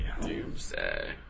Doomsday